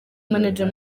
manager